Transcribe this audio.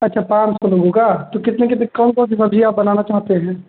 अच्छा पाँच सौ लोगों का तो कितने कितने कौन कौन सी सब्ज़ी आप बनाना चाहते हैं